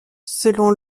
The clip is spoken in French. selon